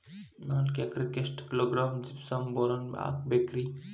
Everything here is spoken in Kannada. ನಾಲ್ಕು ಎಕರೆಕ್ಕ ಎಷ್ಟು ಕಿಲೋಗ್ರಾಂ ಜಿಪ್ಸಮ್ ಬೋರಾನ್ ಹಾಕಬೇಕು ರಿ?